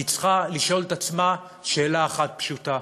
היא צריכה לשאול את עצמה שאלה אחת פשוטה: